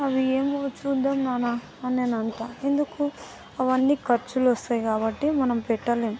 అవి ఏమో చూద్దాము నాన్న అని నేను అంటాను ఎందుకు అవన్నీ ఖర్చులు వస్తాయి కాబట్టి మనం పెట్టలేము